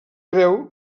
creu